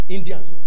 Indians